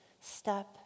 step